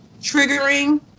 triggering